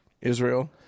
israel